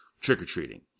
trick-or-treating